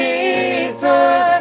Jesus